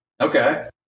Okay